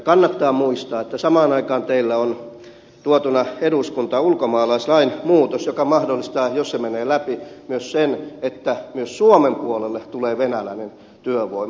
kannattaa muistaa että samaan aikaan teillä on tuotuna eduskuntaan ulkomaalaislain muutos joka mahdollistaa jos se menee läpi myös sen että myös suomen puolelle tulee venäläinen työvoima